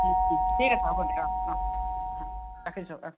ঠিক আছে হ'ব দে অঁ অঁ ৰাখিছোঁ অঁ ৰাখিছোঁ অঁ